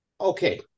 Okay